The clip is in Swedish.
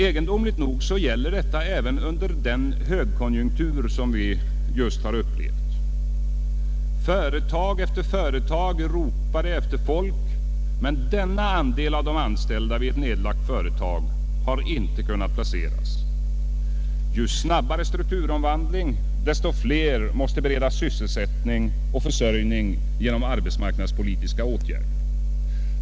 Egendomligt nog gällde detta även under den högkonjunktur vi just har upplevt. Företag efter företag ropade efter folk, men denna andel av de anställda vid ett nedlagt företag har inte kunnat placeras. Ju snabbare strukturomvandling, desto fler måste beredas sysselsättning och försörjning genom arbetsmarknadspolitiska åtgärder.